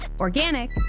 organic